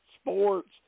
sports